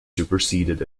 superseded